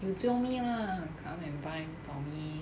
you jio me lah come and buy for me